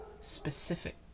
Specific